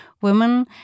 Women